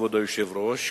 כבוד היושב-ראש,